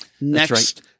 Next